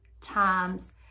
times